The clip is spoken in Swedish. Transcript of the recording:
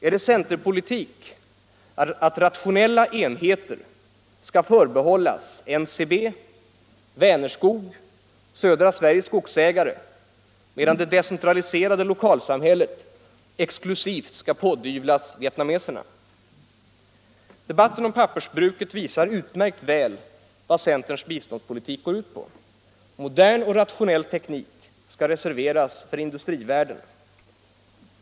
Är det centerpolitik att rationella enheter skall förbehållas NCB, Vänerskog och Södra Sveriges Skogsägare, medan det decentraliserade lokalsamhället exklusivt skall pådyvlas vietnameserna? Debatten om pappersbruket visar utmärkt väl vad centerns biståndspolitik går ut på. Modern och rationell teknik skall reserveras för industrivärlden.